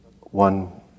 one